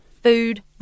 food